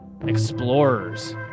explorers